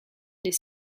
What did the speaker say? des